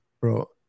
bro